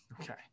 Okay